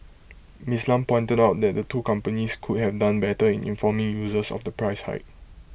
Ms Lam pointed out that the two companies could have done better in informing users of the price hike